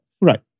Right